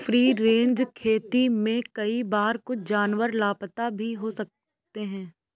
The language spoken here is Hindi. फ्री रेंज खेती में कई बार कुछ जानवर लापता भी हो सकते हैं